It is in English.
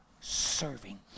serving